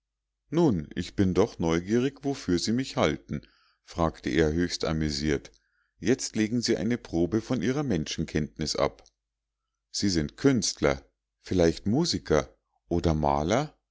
nun ich bin doch neugierig wofür sie mich halten fragte er höchst amüsiert jetzt legen sie eine probe von ihrer menschenkenntnis ab sie sind künstler vielleicht musiker oder maler